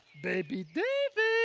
baby david.